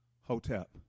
Hotep